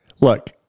Look